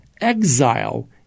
exile